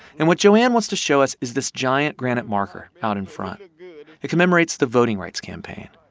and what joanne wants to show us is this giant granite marker out in front. and it commemorates the voting rights campaign.